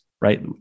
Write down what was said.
right